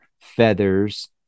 feathers